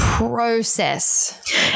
process